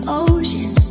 ocean